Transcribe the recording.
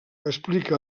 explica